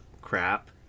crap